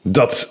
dat